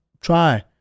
try